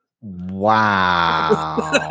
Wow